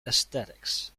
aesthetics